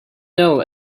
know